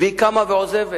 והיא קמה ועוזבת.